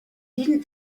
didn’t